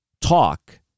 talk